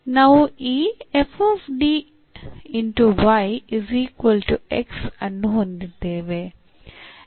ನಾವು ಈ ಅನ್ನು ಹೊಂದಿದ್ದೇವೆ